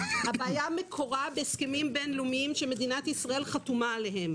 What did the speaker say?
מקורה בהסכמים בין-לאומיים שמדינת ישראל חתומה עליהם.